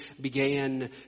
began